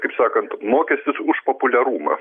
kaip sakant mokestis už populiarumą